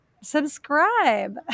subscribe